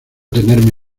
tenerme